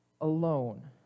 alone